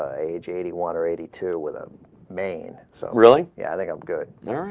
ah age eighty one or eighty two with them main so really yeah they have good yeah right